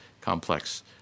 complex